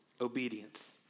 obedience